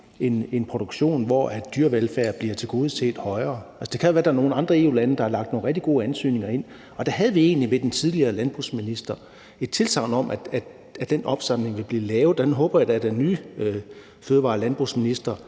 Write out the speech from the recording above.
en produktion, hvor dyrevelfærd bliver tilgodeset bedre. Altså, det kan jo være, der er nogle andre EU-lande, der har lagt nogle rigtig gode ansøgninger ind, og der havde vi egentlig fra den tidligere landbrugsminister et tilsagn om, at den opsamling ville blive lavet, og den håber jeg da at den nye fødevare- og landbrugsminister